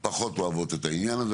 פחות אוהבות את העניין הזה,